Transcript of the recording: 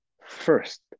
first